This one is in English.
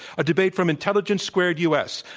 a debate from intelligence squared u. s.